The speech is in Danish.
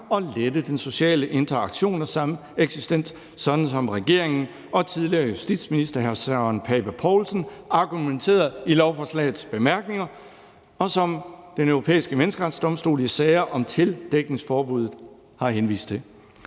og lette den sociale interaktion og sameksistens, sådan som regeringen og tidligere justitsminister hr. Søren Pape Poulsen argumenterede i lovforslagets bemærkninger, og som Den Europæiske Menneskerettighedsdomstol i sager om tildækningsforbuddet har henvist til.